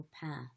path